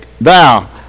thou